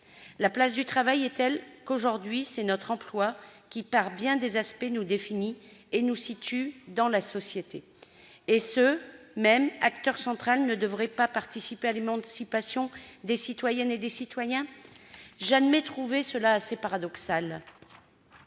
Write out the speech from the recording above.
La place du travail est telle qu'aujourd'hui c'est notre emploi qui, par bien des aspects, nous définit et nous situe dans la société. Et cet élément central de notre vie ne devrait pas participer à l'émancipation des citoyennes et des citoyens ... Je trouve cela assez paradoxal.